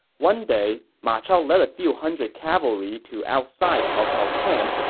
one day, ma chao led a few hundred cavalry to outside cao cao's camp,